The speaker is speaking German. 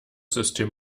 system